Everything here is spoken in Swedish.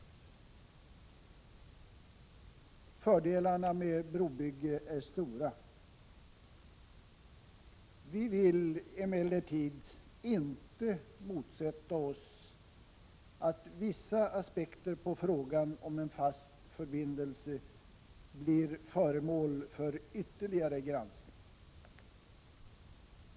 Fördelarna med ett brobygge är stora. Vi vill emellertid inte motsätta oss att vissa aspekter på frågan om en fast förbindelse blir föremål för ytterligare granskning.